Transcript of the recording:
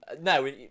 No